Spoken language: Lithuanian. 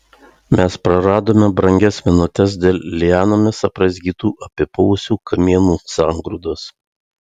mes praradome brangias minutes dėl lianomis apraizgytų apipuvusių kamienų sangrūdos